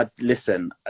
Listen